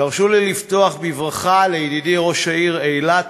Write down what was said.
תרשו לי לפתוח בברכה לידידי ראש העיר אילת,